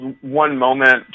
one-moment